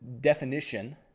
definition